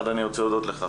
אני רוצה להודות לך,